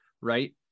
Right